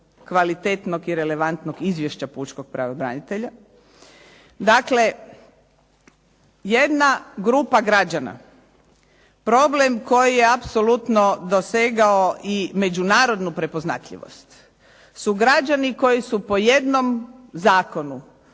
kvalitetnog i relevantnog izvješća pučkog pravobranitelja. Dakle, jedna grupa građana problem koji je apsolutno dosegao i međunarodnu prepoznatljivost su građani koji su po jednom zakonu